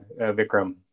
Vikram